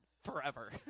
forever